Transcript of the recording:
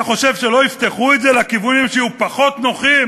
אתה חושב שלא יפתחו את זה לכיוונים שיהיו פחות נוחים